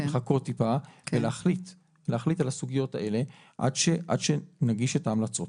לחכות טיפה ולהחליט על הסוגיות האלה עד שנגיש את ההמלצות.